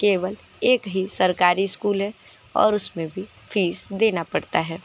केवल एक ही सरकारी स्कूल है और उसमें भी फीस देना पड़ता है